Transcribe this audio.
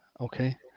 okay